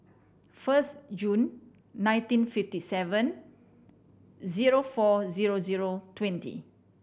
first June nineteen fifty seven zero four zero zero twenty